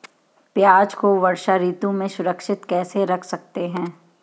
प्याज़ को वर्षा ऋतु में सुरक्षित कैसे रख सकते हैं?